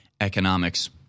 economics